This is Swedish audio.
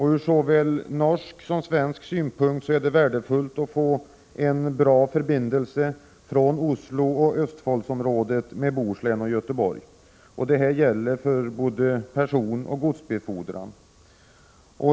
Ur såväl norsk som svensk synpunkt är det värdefullt att få en bra förbindelse från Oslo och Ostfoldsområdet med Bohuslän och Göteborg. Det gäller för både personoch godsbefordran.